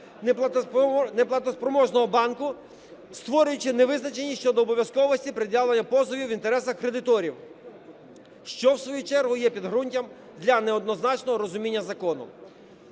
неплатоспроможного банку, створюючи невизначеність щодо обов'язковості пред'явлення позовів в інтересах кредиторів, що в свою чергу є підґрунтям для неоднозначного розуміння закону.